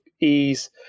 ease